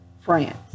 France